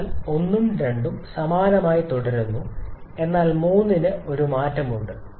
അതിനാൽ 1 ഉം 2 ഉം സമാനമായി തുടരുന്നു എന്നാൽ 3 ന് ഒരു മാറ്റമുണ്ട്